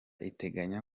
iteganya